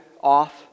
off